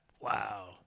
Wow